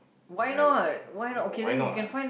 why not oh why not ah